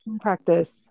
practice